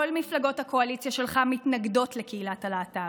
כל מפלגות הקואליציה שלך מתנגדות לקהילת הלהט"ב.